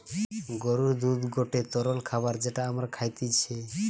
গরুর দুধ গটে তরল খাবার যেটা আমরা খাইতিছে